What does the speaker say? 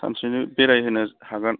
सानसेनो बेराय होनो हागोन